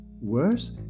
Worse